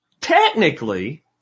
Technically